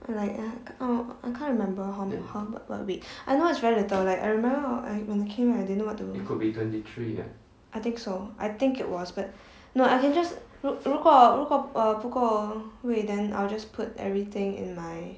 I like uh oh I can't remember how m~ what wait I know it's very little I remember when I came I didn't know what to I think so I think it was but no I can just 如如果如果不够位 then I'll just put everything in my